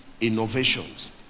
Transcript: innovations